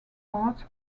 parts